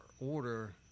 order